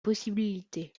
possibilités